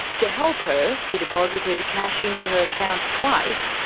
to help her, he deposited cash into her account twice,